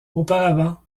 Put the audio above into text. auparavant